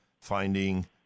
finding